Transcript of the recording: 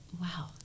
Wow